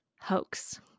hoax